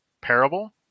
parable